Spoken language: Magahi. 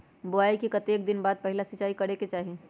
बोआई के कतेक दिन बाद पहिला सिंचाई करे के चाही?